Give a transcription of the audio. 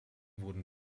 wurden